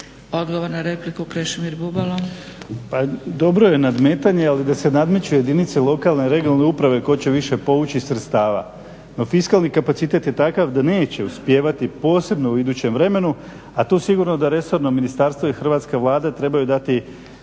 Bubalo. **Bubalo, Krešimir (HDSSB)** Pa dobro je nadmetanje ali da se nadmeću jedinice lokalne i regionalne uprave tko će više povući sredstava. No fiskalni kapacitet je takav da neće uspijevati posebno u idućem vremenu, a to sigurno da resorno ministarstvo i hrvatska Vlada trebaju dati